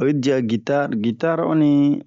Oyi dia gitar gitar onni